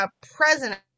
president